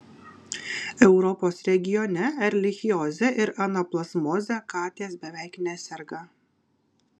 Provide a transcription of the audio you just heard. europos regione erlichioze ir anaplazmoze katės beveik neserga